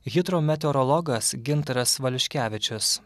hidrometeorologas gintaras valiuškevičius